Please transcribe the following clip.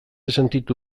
sentitu